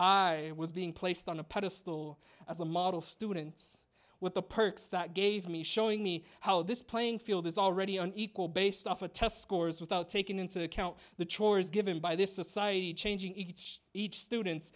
i was being placed on a pedestal as a model students with the perks that gave me showing me how this playing field is already an equal based off a test scores without taking into account the chores given by this society changing each each student's